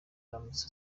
aramutse